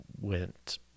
went